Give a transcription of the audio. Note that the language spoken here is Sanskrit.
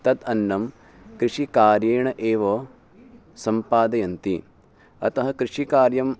तत् अन्नं कृषिकार्येण एव सम्पादयन्ति अतः कृषिकार्यम्